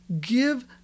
Give